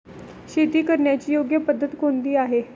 शेती करण्याची योग्य पद्धत कोणती आहे?